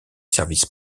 services